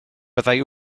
byddai